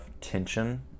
tension